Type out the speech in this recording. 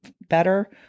better